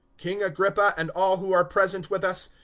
king agrippa and all who are present with us,